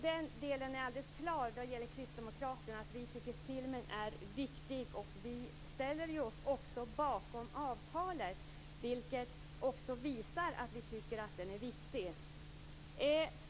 Den delen är alldeles klar då det gäller kristdemokraterna, att vi tycker att filmen är viktig. Vi ställer oss också bakom avtalet, vilket också visar att vi tycker att filmen är viktig.